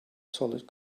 solid